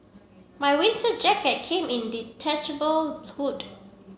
my winter jacket came in detachable hood